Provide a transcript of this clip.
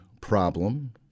problem